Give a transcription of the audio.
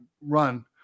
run